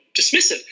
dismissive